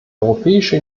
europäische